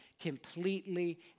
completely